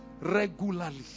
regularly